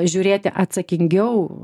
žiūrėti atsakingiau